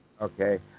Okay